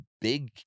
big